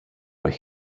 but